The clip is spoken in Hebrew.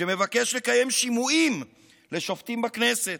שמבקש לקיים שימועים לשופטים בכנסת,